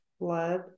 blood